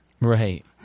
Right